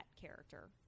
character